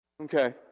Okay